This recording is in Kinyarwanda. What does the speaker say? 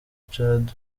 tchad